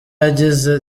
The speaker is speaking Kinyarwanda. yagize